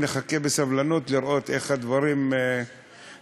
מחכה בסבלנות לראות איך הדברים מתקדמים.